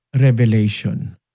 Revelation